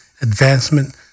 advancement